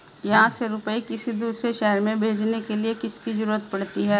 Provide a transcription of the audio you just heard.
यहाँ से रुपये किसी दूसरे शहर में भेजने के लिए किसकी जरूरत पड़ती है?